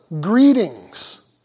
greetings